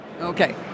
Okay